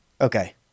Okay